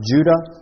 Judah